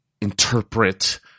interpret